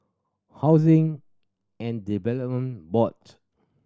Housing and Development Board